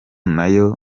nayo